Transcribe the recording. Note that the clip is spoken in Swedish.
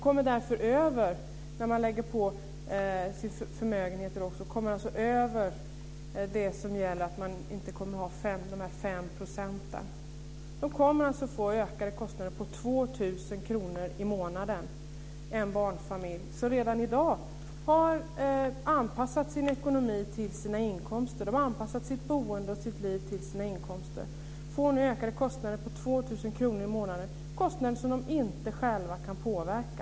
Om förmögenheten räknas med kommer man alltså över gränsen för de 5 procenten. Denna familj kommer att få ökade kostnader på 2 000 kr i månaden - en barnfamilj som redan i dag har anpassat sitt liv och sitt boende till sina inkomster. Man får nu ökade kostnader på 2 000 kr i månaden, kostnader som man inte själv kan påverka.